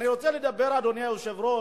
אני רוצה לדבר, אדוני היושב-ראש,